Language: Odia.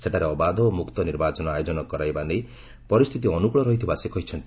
ସେଠାରେ ଅବାଧ ଓ ମୁକ୍ତ ନିର୍ବାଚନ ଆୟୋଜନ କରାଇବା ନେଇ ପରିସ୍ଥିତି ଅନୁକୂଳ ରହିଥିବା ସେ କହିଛନ୍ତି